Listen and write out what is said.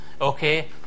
okay